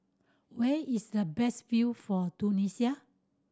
where is the best view for Tunisia